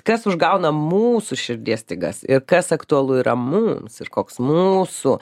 kas užgauna mūsų širdies stygas ir kas aktualu yra mum ir koks mūsų